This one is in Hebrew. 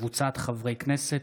וקבוצת חברי הכנסת.